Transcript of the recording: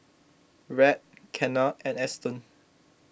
Rhett Kenna and Eston